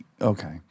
Okay